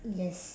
yes